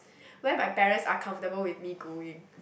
where my parents are comfortable with me going